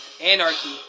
anarchy